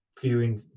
Viewing